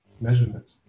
measurement